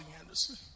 Anderson